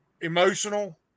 emotional